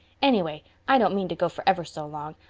anyway, i don't mean to go for ever so long.